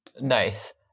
Nice